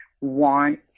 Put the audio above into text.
want